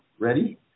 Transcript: Ready